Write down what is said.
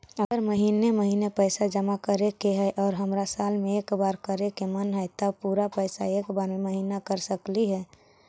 अगर महिने महिने पैसा जमा करे के है और हमरा साल में एक बार करे के मन हैं तब पुरा पैसा एक बार में महिना कर सकली हे?